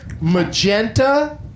Magenta